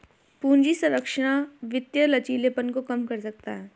पूंजी संरचना वित्तीय लचीलेपन को कम कर सकता है